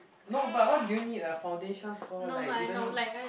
no but what do you need a foundation for like you don't even